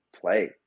play